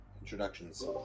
introductions